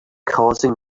causing